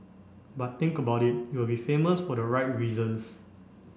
but think about it you will be famous for the right reasons